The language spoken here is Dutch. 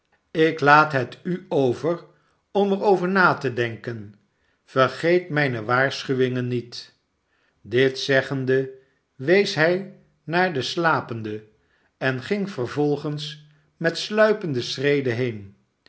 ik laat het u over om er over na te denken vergeet mijne waarschuwing niet dit zeggende wees hij naar den slapende en ging vervolgens met sluipende schreden heen